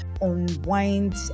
unwind